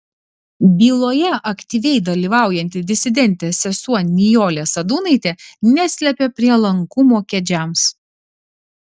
byloje aktyviai dalyvaujanti disidentė sesuo nijolė sadūnaitė neslepia prielankumo kedžiams